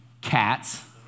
cats